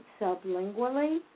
sublingually